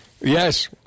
Yes